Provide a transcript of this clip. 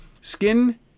Skin